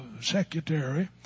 Secretary